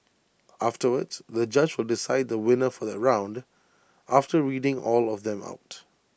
afterwards the judge will decide the winner for that round after reading all of them out